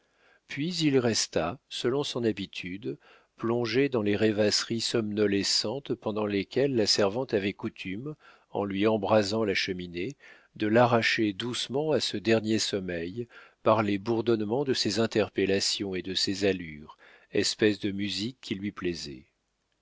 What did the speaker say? puis il resta selon son habitude plongé dans les rêvasseries somnolescentes pendant lesquelles la servante avait coutume en lui embrasant la cheminée de l'arracher doucement à ce dernier sommeil par les bourdonnements de ses interpellations et de ses allures espèce de musique qui lui plaisait